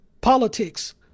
politics